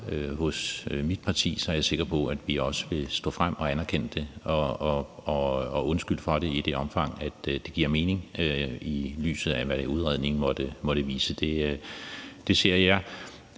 hos mit parti, er jeg sikker på, at vi også vil stå frem og anerkende det og undskylde for det i det omfang, det giver mening, i lyset af hvad udredningen måtte vise. Historisk